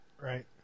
Right